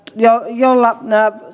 jolla